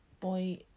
Boy